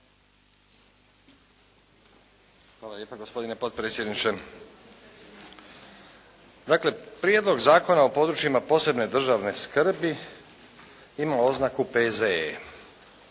Hvala lijepa gospodine potpredsjedniče. Dakle, Prijedlog Zakona o područjima posebne državne skrbi ima oznaku P.Z.E.